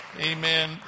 Amen